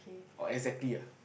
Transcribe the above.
oh exactly ah